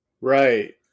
Right